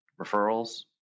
referrals